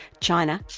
china,